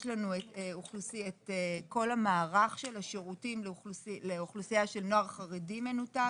יש לנו את כל המערך של השירותים לאוכלוסייה של נוער חרדי מנותק.